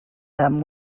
them